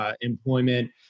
Employment